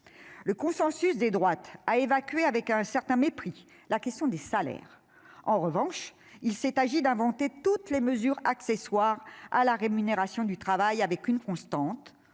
Le consensus des droites a évacué avec un certain mépris la question des salaires. En revanche, il s'est agi d'inventer toutes les mesures accessoires à la rémunération du travail, avec une constante